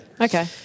Okay